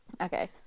okay